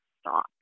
stop